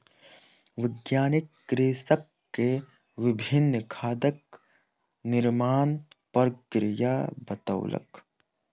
वैज्ञानिक कृषक के विभिन्न खादक निर्माण प्रक्रिया बतौलक